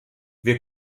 wir